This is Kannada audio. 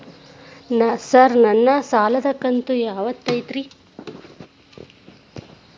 ಸರ್ ನನ್ನ ಸಾಲದ ಕಂತು ಯಾವತ್ತೂ ಐತ್ರಿ?